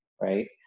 right